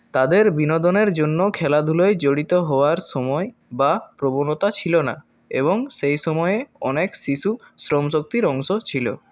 তাদের বিনোদনের জন্য খেলাধুলায় জড়িত হওয়ার সময় বা প্রবণতা ছিল না এবং সেই সময়ে অনেক শিশু শ্রমশক্তির অংশ ছিল